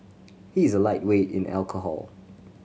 he is a lightweight in alcohol